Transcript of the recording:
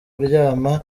imibu